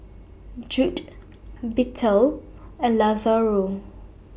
Judd Bethel and Lazaro